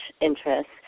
interests